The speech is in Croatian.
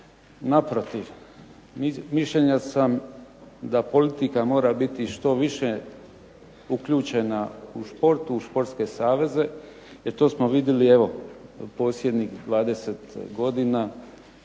Naprotiv, mišljenja sam da politika mora biti što više uključena u šport, u športske saveze jer to smo vidjeli evo posljednjih 20 godina,